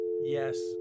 Yes